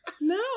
No